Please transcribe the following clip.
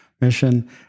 mission